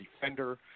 defender